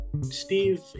Steve